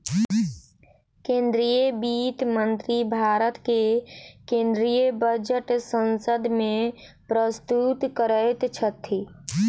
केंद्रीय वित्त मंत्री भारत के केंद्रीय बजट संसद में प्रस्तुत करैत छथि